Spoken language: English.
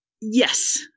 yes